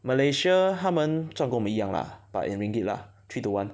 Malaysia 他们赚跟我们一样 lah but in ringgit lah three to one